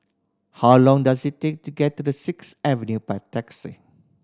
how long does it take to get to the Sixth Avenue by taxi